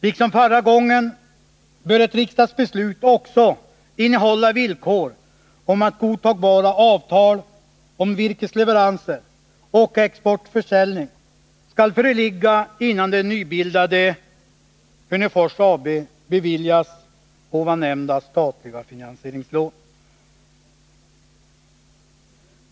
Liksom förra gången bör ett riksdagsbeslut också innehålla villkor om att godtagbara avtal om virkesleveranser och exportförsäljning skall föreligga innan det nybildade Hörnefors AB beviljas nyss nämnda statliga finansieringslån.